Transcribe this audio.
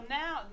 now